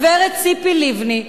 הגברת ציפי לבני,